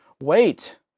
wait